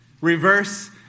Reverse